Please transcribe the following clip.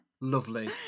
Lovely